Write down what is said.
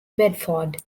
bedford